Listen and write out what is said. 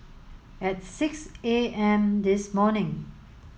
at six A M this morning